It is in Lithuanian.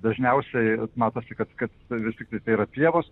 dažniausiai matosi kad kad visi tik tai yra pievos